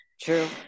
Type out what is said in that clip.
True